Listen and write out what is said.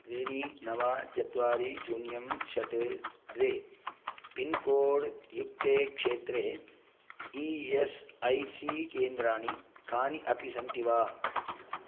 त्रीणि नव चत्वारि शून्यं षट् द्वे पिन्कोड् युक्ते क्षेत्रे ई एस् ऐ सी केन्द्राणि कानि अपि सन्ति वा